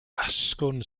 asgwrn